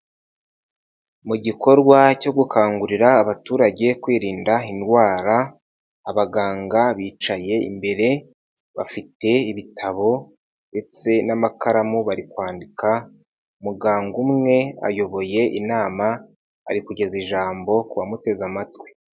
Mu gikorwa cyo gukangurira abaturage kwirinda indwara, abaganga bicaye imbere bafite ibitabo ndetse n'amakaramu bari kwandika, muganga umwe ayoboye inama arigeza ijambo ku bamuteze amatwi.